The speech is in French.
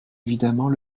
évidemment